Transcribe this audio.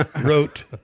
Wrote